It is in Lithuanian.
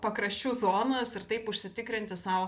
pakraščių zonas ir taip užsitikrinti sau